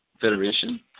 Federation